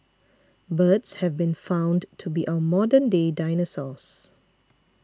birds have been found to be our modern day dinosaurs